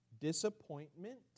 disappointment